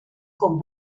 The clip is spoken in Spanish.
con